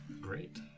Great